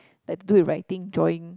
that do with writing drawing